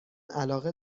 علاقه